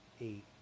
eight